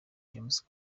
james